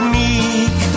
meek